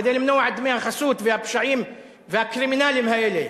כדי למנוע את דמי החסות והפשעים והקרימינלים האלה?